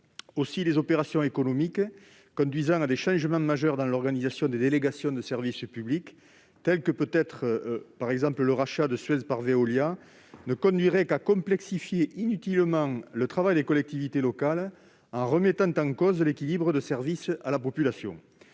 Aussi, les opérations économiques conduisant à des changements majeurs dans l'organisation des délégations de service public, telles que le rachat de Suez par Veolia, ne conduiraient qu'à complexifier inutilement le travail des collectivités locales, en remettant en cause l'équilibre de services à la population.